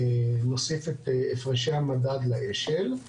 נוסיף את הפרשי המדד לאש"ל.